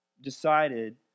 decided